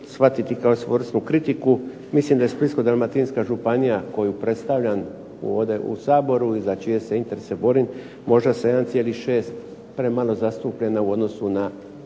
shvatiti kao sportsku kritiku. Mislim da je Splitsko-dalmatinska županija koju predstavljam ovdje u Saboru i za čije se interese borim može sa 1,6 premalo zastupljena u odnosu na